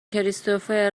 کریستوفر